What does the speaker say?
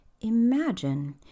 Imagine